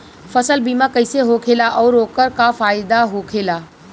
फसल बीमा कइसे होखेला आऊर ओकर का फाइदा होखेला?